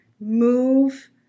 move